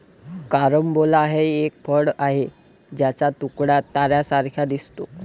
carambola हे एक फळ आहे ज्याचा तुकडा ताऱ्यांसारखा दिसतो